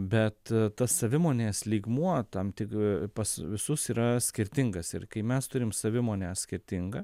bet tas savimonės lygmuo tam ti pas visus yra skirtingas ir kai mes turim savimonę skirtingą